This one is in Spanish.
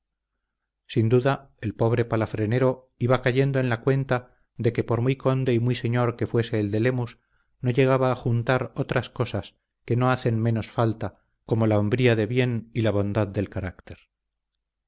sin duda el pobre palafrenero iba cayendo en la cuenta de que por muy conde y muy señor que fuese el de lemus no llegaba a juntar otras cosas que no hacen menos falta como la hombría de bien y la bondad del carácter